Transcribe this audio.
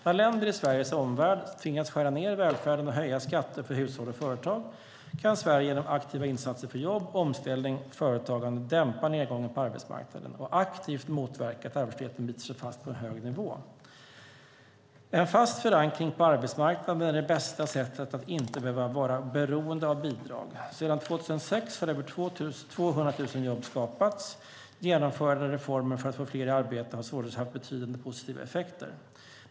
När länder i Sveriges omvärld tvingas skära ned i välfärden och höja skatter för hushåll och företag kan Sverige genom aktiva insatser för jobb, omställning och företagande dämpa nedgången på arbetsmarknaden och aktivt motverka att arbetslösheten biter sig fast på en hög nivå. En fast förankring på arbetsmarknaden är det bästa sättet att inte behöva vara beroende av bidrag. Sedan 2006 har över 200 000 jobb skapats. Genomförda reformer för att få fler i arbete har således haft betydande positiva effekter.